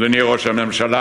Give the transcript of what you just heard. אדוני ראש הממשלה,